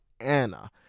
anna